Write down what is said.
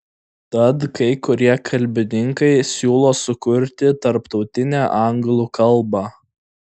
tad kai kurie kalbininkai siūlo sukurti tarptautinę anglų kalbą